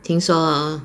听说 hor